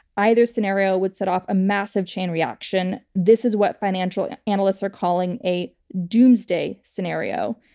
either scenario would set off a massive chain reaction. this is what financial and analysts are calling a doomsday scenario.